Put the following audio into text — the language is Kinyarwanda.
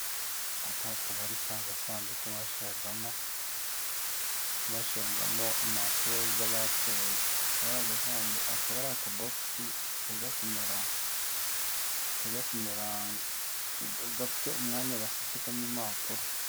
Aka akaba ari ka gasanduku bashiragamo impapuro z'abatoye, akaba ari agasanduku, akaba ari akabogisi, kajya kumera gafite umwanya basesekamo impapuro.